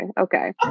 okay